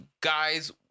guys